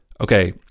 okay